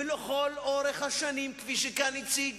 לכל אורך השנים, כפי שהציג